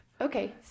Okay